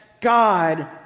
God